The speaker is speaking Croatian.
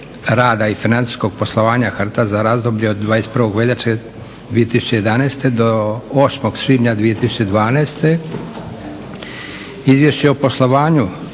rada i financijskog poslovanja HRT-a za razdoblje 21. veljače 2011. do 8. svibnja 2012. Izvješće o poslovanju